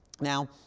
Now